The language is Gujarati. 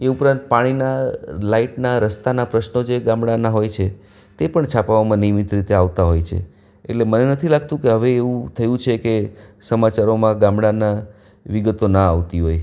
એ ઉપરાંત પાણીના લાઇટના રસ્તાના પ્રશ્નો જે ગામડાના હોય છે તે પણ છાપામાં નિયમિત રીતે આવતા હોય છે એટલે મને નથી લાગતું કે હવે એવું થયું છે કે સમાચારોમાં ગામડાના વિગતો ના આવતી હોય